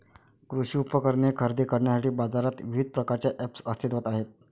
कृषी उपकरणे खरेदी करण्यासाठी बाजारात विविध प्रकारचे ऐप्स अस्तित्त्वात आहेत